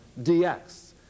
dx